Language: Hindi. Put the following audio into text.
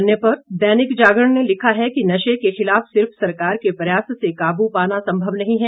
अब एक नजर संपादकीय पन्ने पर दैनिक जागरण में लिखा है कि नशे के खिलाफ सिर्फ सरकार के प्रयास से काबू पाना संभव नहीं है